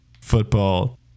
football